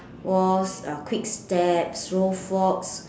waltz uh quick steps throw fox